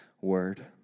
Word